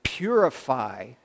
purify